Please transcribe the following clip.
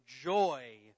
joy